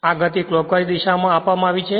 આ ગતિ ક્લોકવાઇસ દિશા માં આપવામાં આવી છે